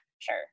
sure